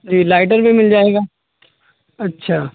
جی lighter بھی مل جائے گا اچھا